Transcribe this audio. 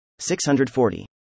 640